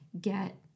get